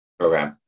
Okay